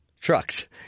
trucks